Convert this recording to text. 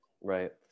right